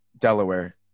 Delaware